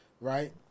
right